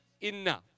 enough